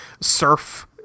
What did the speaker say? Surf